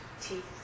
teeth